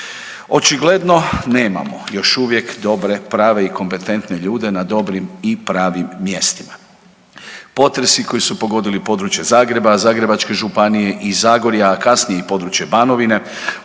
Očigledno nemamo još uvijek dobre, prave i kompetentne ljude na dobrim i pravim mjestima. Potresi koji su pogodili područje Zagreba, Zagrebačke županije i Zagorja, a kasnije i područje Banovine,